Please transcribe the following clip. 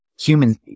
humans